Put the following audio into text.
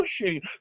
pushing